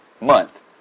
month